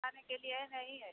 खाने के लिए नहीं है